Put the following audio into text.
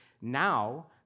now